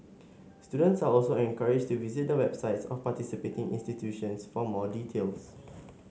students are also encouraged to visit the websites of participating institutions for more details